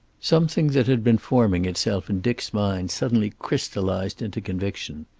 something that had been forming itself in dick's mind suddenly crystallized into conviction.